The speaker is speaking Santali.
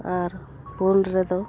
ᱟᱨ ᱯᱩᱱ ᱨᱮᱫᱚ